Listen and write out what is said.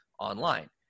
online